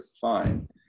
fine